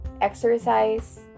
exercise